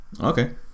Okay